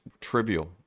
trivial